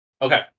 Okay